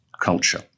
culture